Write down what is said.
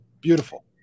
beautiful